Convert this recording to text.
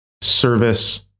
service